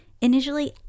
initially